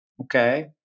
Okay